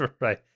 right